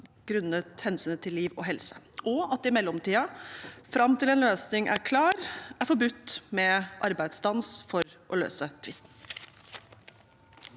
grunnet hensynet til liv og helse, og at det i mellomtiden, fram til en løsning er klar, er forbudt med arbeidsstans for å løse tvisten.